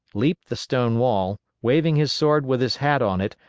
leaped the stone wall, waving his sword with his hat on it,